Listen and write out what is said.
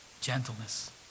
Gentleness